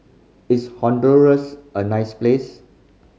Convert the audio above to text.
is Honduras a nice place